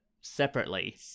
separately